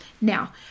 now